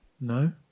No